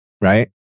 right